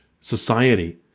society